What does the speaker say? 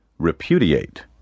repudiate